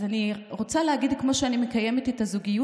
אז אני רוצה להגיד שכמו שאני מקיימת את הזוגיות